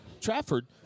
Trafford